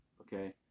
Okay